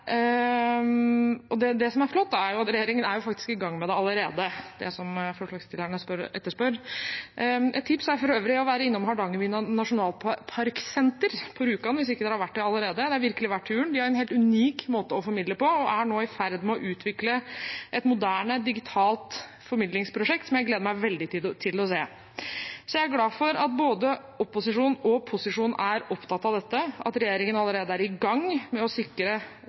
flott, er at regjeringen faktisk allerede er i gang med det forslagsstillerne etterspør. Et tips er for øvrig å dra innom Hardangervidda Nasjonalparksenter på Rjukan hvis man ikke har vært der allerede. Det er virkelig verdt turen. De har en helt unik måte å formidle på og er nå i ferd med å utvikle et moderne digitalt formidlingsprosjekt, som jeg gleder meg veldig til å se. Jeg er glad for at både opposisjon og posisjon er opptatt av dette, og at regjeringen allerede er i gang med å sikre